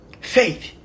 Faith